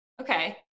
Okay